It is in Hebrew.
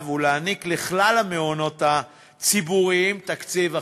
ולהעניק לכלל המעונות הציבוריים תקציב אחיד,